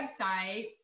website